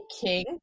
king